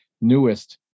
newest